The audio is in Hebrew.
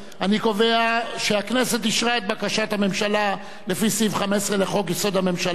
אני קובע שהכנסת אישרה את בקשת הממשלה לפי סעיף 15 לחוק-יסוד: הממשלה,